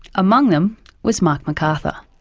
among them was marc mcarthur.